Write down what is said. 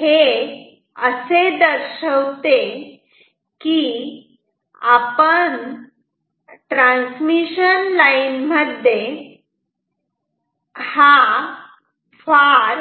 तर हे असे दर्शवते की आपण ट्रान्समिशन लाईन मध्ये फार